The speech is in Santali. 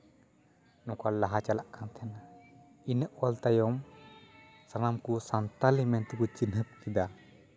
ᱱᱚᱝᱠᱟ ᱞᱟᱦᱟ ᱪᱟᱞᱟᱜ ᱠᱟᱱ ᱛᱟᱦᱮᱱᱟ ᱤᱱᱟᱹ ᱚᱞ ᱛᱟᱭᱚᱢ ᱥᱟᱱᱟᱢ ᱠᱚ ᱥᱟᱱᱛᱟᱞᱤ ᱢᱮᱱᱛᱮ ᱠᱚ ᱪᱤᱱᱦᱟᱹᱯ ᱠᱮᱫᱟ